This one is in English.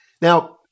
Now